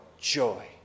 joy